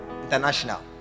international